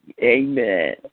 Amen